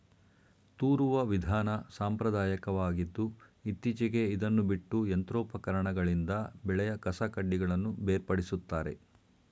ತೂರುವ ವಿಧಾನ ಸಾಂಪ್ರದಾಯಕವಾಗಿದ್ದು ಇತ್ತೀಚೆಗೆ ಇದನ್ನು ಬಿಟ್ಟು ಯಂತ್ರೋಪಕರಣಗಳಿಂದ ಬೆಳೆಯ ಕಸಕಡ್ಡಿಗಳನ್ನು ಬೇರ್ಪಡಿಸುತ್ತಾರೆ